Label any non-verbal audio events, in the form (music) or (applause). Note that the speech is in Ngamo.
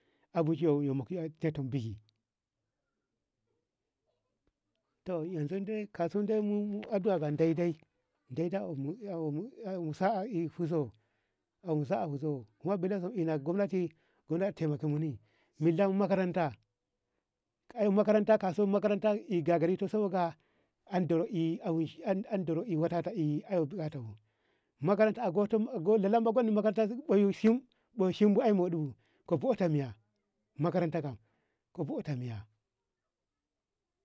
A bosho yomo aton bushi to yanzu de kasam de addua kam daidadaidai unmo sa'a fuzo unmo sa'a fuzo ma bida se ina gobnati dalo taimakatimu ni milla mu makaranta ae maka kaso makaranta gagarato so ae ae andarato ae ae (hesitation) biyan bukata lalamba konni makaranta oyom ni shim bo shim bu ae mudibu ka bodi miya makaranta ko buti miya.